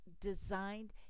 designed